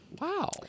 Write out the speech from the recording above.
Wow